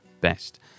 best